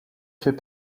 fait